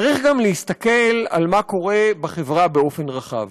צריך גם להסתכל על מה קורה בחברה באופן רחב,